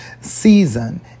season